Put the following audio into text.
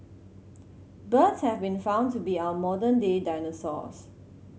birds have been found to be our modern day dinosaurs